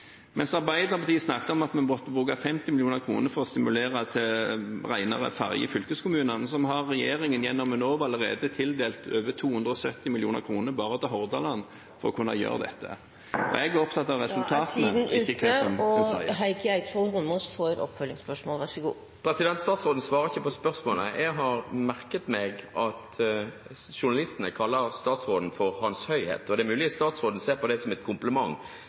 Mens Arbeiderpartiet snakket om at vi måtte bruke 50 mill. kr for å stimulere til renere ferjer i fylkeskommunene, har regjeringen gjennom Enova allerede tildelt over 270 mill. kr bare til Hordaland for å kunne gjøre dette. Jeg er opptatt av resultatene, ikke det som en sier. Statsråden svarer ikke på spørsmålet. Jeg har merket meg at journalistene kaller statsråden for «Hans høyhet», og det er mulig statsråden ser på det som